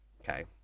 okay